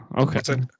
okay